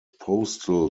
postal